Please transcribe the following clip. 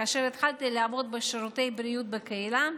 כאשר התחלתי לעבוד בשירותי בריאות בקהילה,